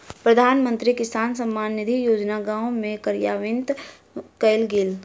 प्रधानमंत्री किसान सम्मान निधि योजना गाम में कार्यान्वित कयल गेल